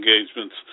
engagements